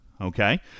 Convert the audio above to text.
Okay